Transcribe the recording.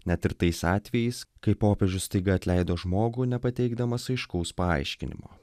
net ir tais atvejais kai popiežius staiga atleido žmogų nepateikdamas aiškaus paaiškinimo